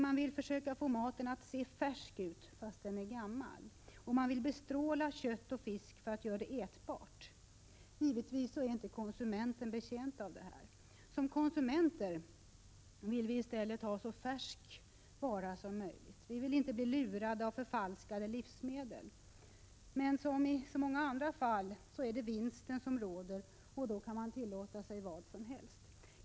Man vill få maten att se färsk ut fastän den är gammal, och man vill bestråla kött och fisk för att göra livsmedlen ätbara. Givetvis är inte konsumenten betjänt av detta. Som konsumenter vill vi i stället ha så färsk vara som möjligt. Vi vill inte bli lurade av förfalskade livsmedel. Men som i så många andra fall är det vinsten som råder, och då kan man tillåta sig vad som helst.